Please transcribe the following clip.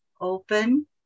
Open